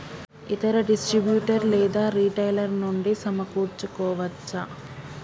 ఇతర డిస్ట్రిబ్యూటర్ లేదా రిటైలర్ నుండి సమకూర్చుకోవచ్చా?